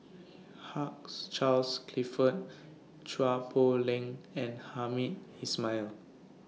Hugh Charles Clifford Chua Poh Leng and Hamed Ismail